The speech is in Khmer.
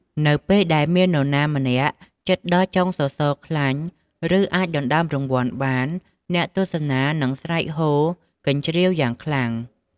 នៅពេលដែលមាននរណាម្នាក់ជិតដល់ចុងសសរខ្លាញ់ ឬអាចដណ្ដើមរង្វាន់បាន អ្នកទស្សនានឹងស្រែកហ៊ោរកញ្ជ្រៀវយ៉ាងខ្លាំង។